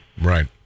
Right